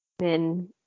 men